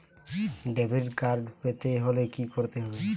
Debit card পেতে হলে কি করতে হবে?